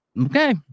okay